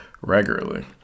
regularly